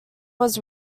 was